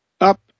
up